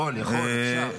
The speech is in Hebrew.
יכול, יכול, אפשר.